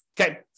Okay